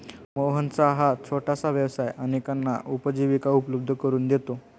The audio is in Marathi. मोहनचा हा छोटासा व्यवसाय अनेकांना उपजीविका उपलब्ध करून देतो